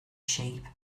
sheep